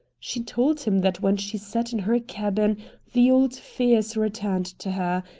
she told him that when she sat in her cabin the old fears returned to her,